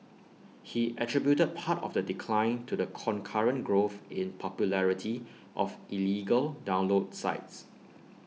he attributed part of the decline to the concurrent growth in popularity of illegal download sites